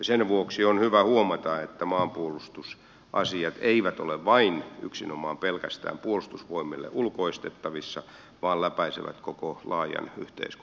sen vuoksi on hyvä huomata että maanpuolustusasiat eivät ole yksinomaan pelkästään puolustusvoimille ulkoistettavissa vaan ne läpäisevät koko laajan yhteiskunnan